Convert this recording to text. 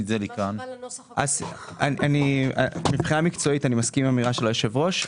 מבחינה מקצועית אני מסכים עם האמירה של היושב ראש,